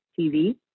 TV